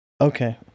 Okay